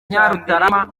nyarutarama